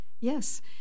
Yes